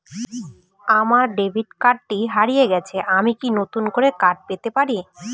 আমার ডেবিট কার্ডটি হারিয়ে গেছে আমি কি নতুন একটি কার্ড পেতে পারি?